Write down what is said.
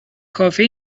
کافه